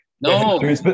no